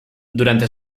durante